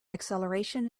acceleration